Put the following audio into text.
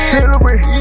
Celebrate